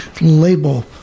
label